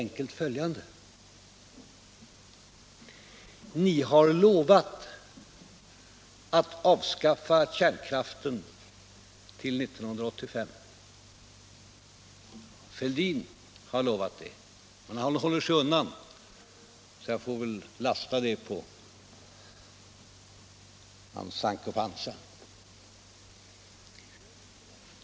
Ni har lovat att avskaffa kärnkraften till 1985. Fälldin har lovat det, men han håller sig undan — jag får väl lasta det på hans Sancho Panza.